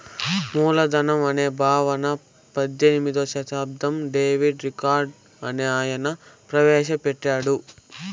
మూలధనం అనే భావన పద్దెనిమిదో శతాబ్దంలో డేవిడ్ రికార్డో అనే ఆయన ప్రవేశ పెట్టాడు